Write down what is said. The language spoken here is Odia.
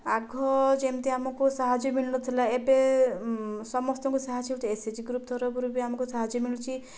ଆଗ ଯେମିତି ଆମକୁ ସାହାଯ୍ୟ ମିଳୁନଥିଲା ଏବେ ସମସ୍ତଙ୍କୁ ସାହାଯ୍ୟ ଏସ୍ଏଚ୍ଜି ଗ୍ରୁପ ତରଫରୁ ବି ଆମକୁ ସାହାଯ୍ୟ ମିଳୁଛି